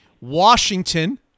Washington